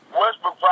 Westbrook